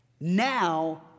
Now